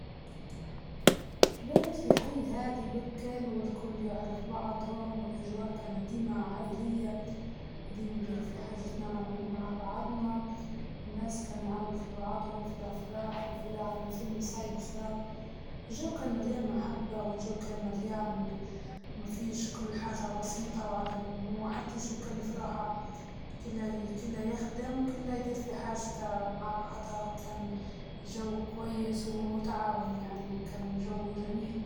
ولدت ونشأت في ليبيا، كل شيء كان حلو، والأجواء البسيطة، الأهل ديما معانا، والحي كله كان عائلة واحدة.